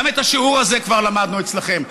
גם את השיעור הזה כבר למדנו אצלכם.